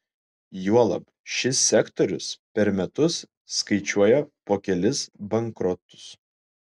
juolab šis sektorius per metus skaičiuoja po kelis bankrotus